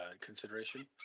consideration